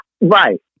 Right